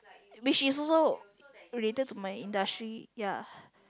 which is also related to my industry ya